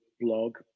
blog